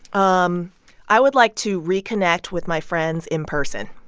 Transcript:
um i would like to reconnect with my friends in person.